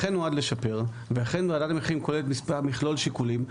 זה אכן נועד לשפר ואכן ועדת המחירים כוללת מכלול שיקולים.